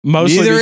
Mostly